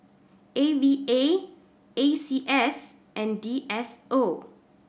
A V A A C S and D S O